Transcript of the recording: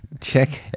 Check